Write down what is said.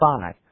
Five